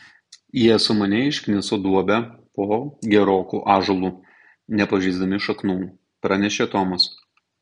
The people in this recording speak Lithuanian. jie sumaniai iškniso duobę po geroku ąžuolu nepažeisdami šaknų pranešė tomas